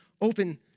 open